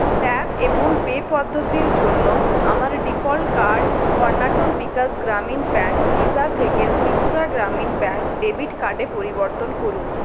tap এবং pay পদ্ধতির জন্য আমার default card Karnataka Vikas Grameen bank Visa থেকে Tripura Grameen bank debit card এ পরিবর্তন করুন